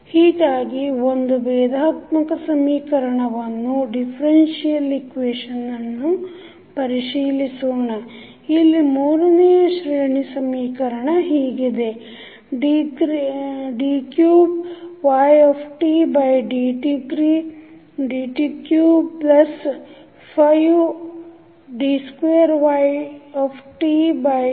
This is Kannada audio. ಹೀಗಾಗಿ ಒಂದು ಭೇದಾತ್ಮಕ ಸಮೀಕರಣವನ್ನು ಪರಿಶೀಲಿಸೋಣ ಇಲ್ಲಿ ಮೂರನೆಯ ಶ್ರೇಣಿ ಸಮೀಕರಣ ಹೀಗಿದೆ